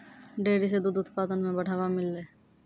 dairy सें दूध उत्पादन म बढ़ावा मिललय